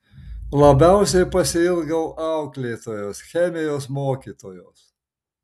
labiausiai pasiilgau auklėtojos chemijos mokytojos